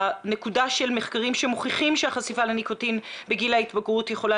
המחקרים מוכיחים שהחשיפה לניקוטין בגיל ההתבגרות יכולה